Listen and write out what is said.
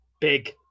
Big